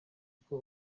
uko